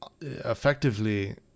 effectively